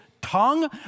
tongue